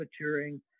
maturing